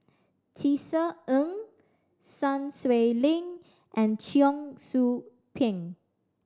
Tisa Ng Sun Xueling and Cheong Soo Pieng